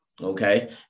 okay